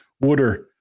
Water